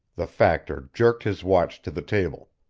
the factor jerked his watch to the table.